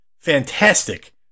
fantastic